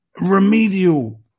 remedial